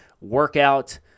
workout